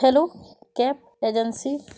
hello cab agency